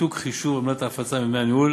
ניתוק חישוב עמלת ההפצה מדמי הניהול),